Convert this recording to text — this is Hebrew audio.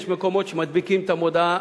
יש מקומות שמדביקים את המודעה,